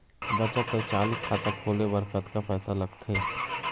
बचत अऊ चालू खाता खोले बर कतका पैसा लगथे?